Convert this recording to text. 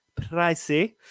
pricey